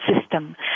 system